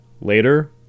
Later